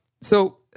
so-